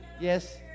Yes